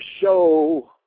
show